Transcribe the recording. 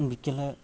বিকেলে